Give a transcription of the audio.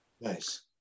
Nice